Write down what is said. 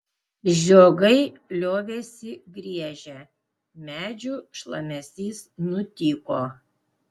žiogai liovėsi griežę medžių šlamesys nutyko